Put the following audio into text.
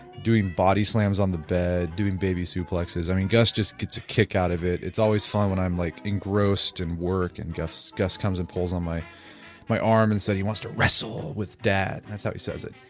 doing body slams on the bed, doing baby-suplex. i mean gus just get to kick out of it. it's always fun when i'm like engrossed in work and gus gus comes and pulls on my my arm and say he wants to wrestle with dad and that's how he says it.